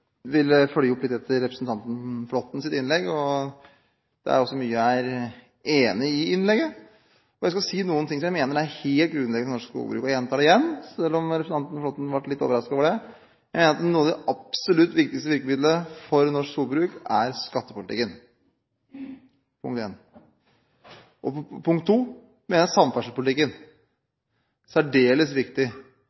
vil følge opp representanten Flåttens innlegg. Det er mye jeg er enig i i innlegget. Jeg skal si noe om hva jeg mener er helt grunnleggende for norsk jordbruk. Jeg gjentar igjen, selv om representanten Flåtten ble litt overrasket over det, at jeg mener at et av de absolutt viktigste virkemidlene for norsk skogbruk er skattepolitikken. Det er punkt 1. Punkt 2: Jeg mener at samferdselspolitikken er særdeles viktig. Noe av det aller viktigste med skattepolitikken, er, som jeg